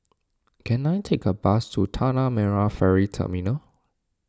can I take a bus to Tanah Merah Ferry Terminal